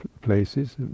places